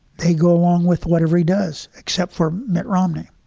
they go along with whatever he does. except for mitt romney.